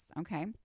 Okay